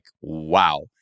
wow